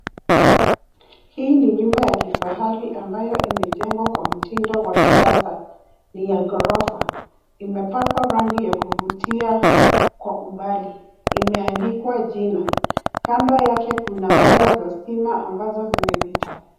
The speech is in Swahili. Hii ni nyumba ya kifahari ambayo imejengwa kwa mtindo wa kisasa. Ni ya ghorofa. Imepakwa rangi ya kuvutia kwa umbali. Imeandikwa jina. Kando yake kuna waya za stima ambazo zimepita.